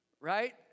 Right